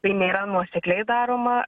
tai nėra nuosekliai daroma